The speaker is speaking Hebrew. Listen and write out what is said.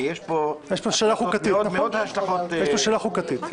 כי יש פה השלכות מאוד מאוד --- יש פה שאלה חוקתית,